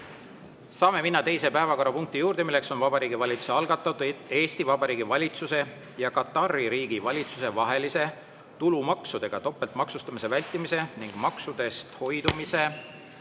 Saame minna teise päevakorrapunkti juurde. Vabariigi Valitsuse algatatud Eesti Vabariigi valitsuse ja Katari Riigi valitsuse vahelise tulumaksudega topeltmaksustamise vältimise ning maksudest hoidumise